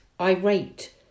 irate